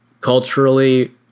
Culturally